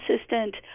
assistant